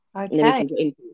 Okay